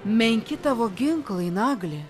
menki tavo ginklai nagli